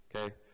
Okay